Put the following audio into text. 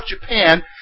Japan